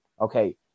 Okay